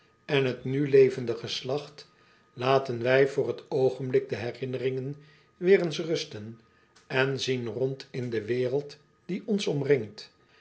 en het nu levende geslacht laten wij voor t oogenblik de herinneringen weêr eens rusten en zien rond in de wereld die ons omringt